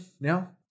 now